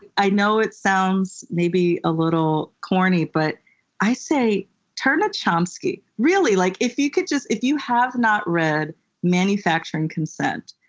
i know it sounds maybe a little corny, but i say turn to ah chomsky. really, like if you could just if you have not read manufacturing consent,